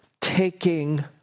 taking